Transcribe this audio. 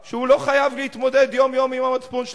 יכול מאוד להיות שהוא לא חייב להתמודד יום-יום עם המצפון שלו,